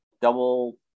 double